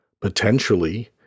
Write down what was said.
potentially